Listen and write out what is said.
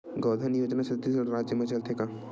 गौधन योजना छत्तीसगढ़ राज्य मा चलथे का?